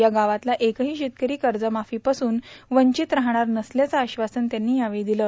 या गावातला एकही शेतकरी कर्जमाफीपासून वंचित राहणार नसल्याचं आश्वासन त्यांनी यावेळी दिलं